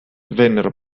vennero